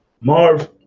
Marv